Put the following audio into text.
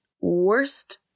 worst